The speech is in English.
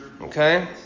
Okay